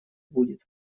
будет